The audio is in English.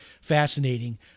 fascinating